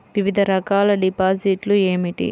వివిధ రకాల డిపాజిట్లు ఏమిటీ?